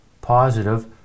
positive